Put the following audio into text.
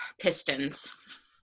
pistons